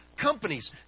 companies